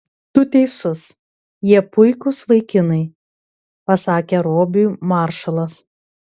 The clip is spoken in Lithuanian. tu teisus jie puikūs vaikinai pasakė robiui maršalas